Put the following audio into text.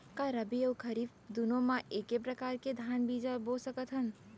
का रबि अऊ खरीफ दूनो मा एक्के प्रकार के धान बीजा बो सकत हन?